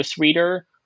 reader